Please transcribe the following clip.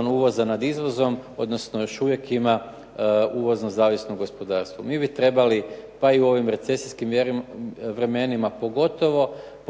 uvoza nad izvozom, odnosno još uvijek ima uvozno zavisno gospodarstvo. MI bi trebali pa i u ovim recesijskim vremenima pogotovo poticati